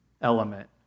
element